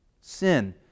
Sin